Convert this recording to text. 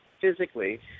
physically